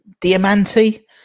Diamante